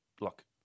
Look